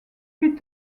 plus